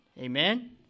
Amen